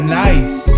nice